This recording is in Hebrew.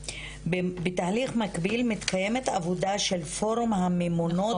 בתהליך מקביל מתקיימת עבודה של פורום הממונות